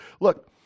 look